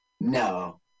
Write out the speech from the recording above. No